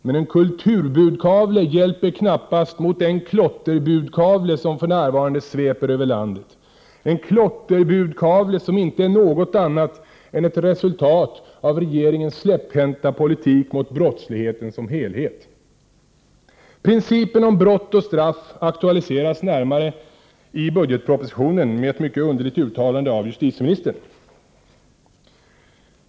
Men en kulturbudkavle hjälper knappast mot den klotterbudkavle som för närvarande sveper över landet, en klotterbudkavle som inte är något annat än ett resultat av regeringens släpphänta politik mot brottsligheten som helhet. Principen om brott och straff aktualiseras närmare i budgetpropositionen med ett mycket underligt uttalande av justitieministern.